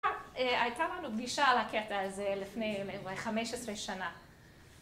הייתה לנו פגישה על הקטע הזה לפני חמש עשרה שנה.